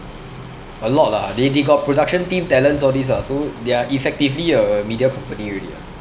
a lot lah they they got production team talents all this ah so they are effectively a a media company already ah